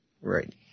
Right